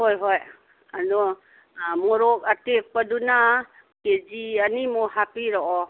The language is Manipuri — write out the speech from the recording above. ꯍꯣꯏ ꯍꯣꯏ ꯑꯗꯣ ꯃꯣꯔꯣꯛ ꯑꯇꯦꯛꯄꯗꯨꯅ ꯀꯦ ꯖꯤ ꯑꯅꯤꯃꯨꯛ ꯍꯥꯞꯄꯤꯔꯛꯑꯣ